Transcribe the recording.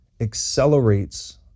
accelerates